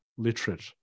Literate